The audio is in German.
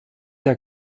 der